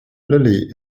lily